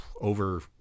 over